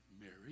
Mary